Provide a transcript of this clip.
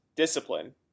Discipline